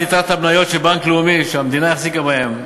יתרת המניות של בנק לאומי שהמדינה החזיקה בהן,